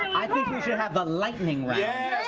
have a lightning round.